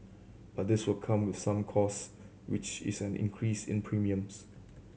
but this will come with some costs which is an increase in premiums